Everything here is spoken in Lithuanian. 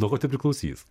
nuo ko tai priklausys